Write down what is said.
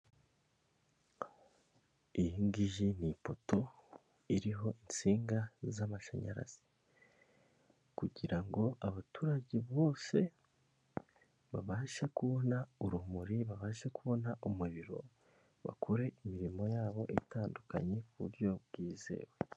Iyi ngiyi ni ipoto iriho insinga z'amashanyarazi. Kugira ngo abaturage bose babashe kubona urumuri, babashe kubona urumuri, babashe kubona umuriro, bakore imirimo yabo itandukanye mu buryo bwizewe.